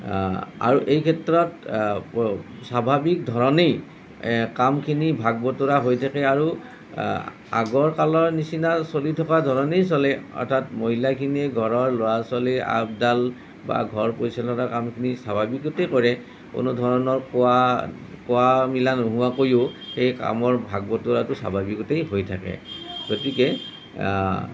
আৰু এইক্ষেত্ৰত স্বাভাৱিক ধৰণেই কামখিনি ভাগ বতৰা হৈ থাকে আৰু আগৰ কালৰ নিচিনা চলি থকা ধৰণেই চলে অৰ্থাৎ মহিলাখিনিয়ে ঘৰৰ ল'ৰা ছোৱালী আপদাল বা ঘৰ পৰিচালনাৰ কামখিনি স্বাভাৱিকতে কৰে কোনোধৰণৰ কোৱা কোৱা মিলা নোহোৱাকৈও সেই কামৰ ভাগ বতৰাটো স্বাভাৱিকতেই হৈ থাকে গতিকে